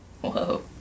Whoa